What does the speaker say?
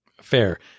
fair